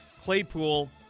Claypool